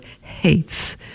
hates